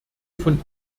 von